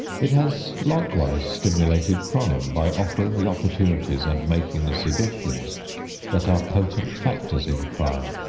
it has likewise stimulated crime by offering the opportunities and making the suggestions that are potent factors in crime.